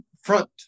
front